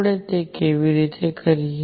આપણે તે કેવી રીતે કરીએ